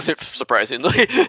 surprisingly